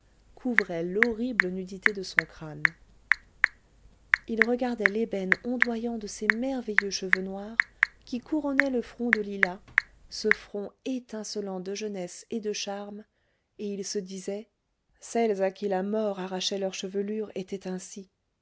couvrait l'horrible nudité de son crâne il regardait l'ébène ondoyant de ces merveilleux cheveux noirs qui couronnaient le front de lila ce front étincelant de jeunesse et de charme et il se disait celles à qui la mort arrachait leurs chevelures étaient ainsi